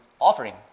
offering